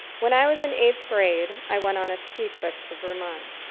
when i was in eighth grade, i went on a ski trip to vermont.